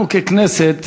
אנחנו ככנסת